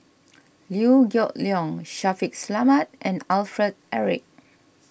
Liew Geok Leong Shaffiq Selamat and Alfred Eric